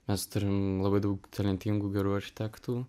mes turim labai daug talentingų gerų architektų